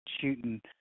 shooting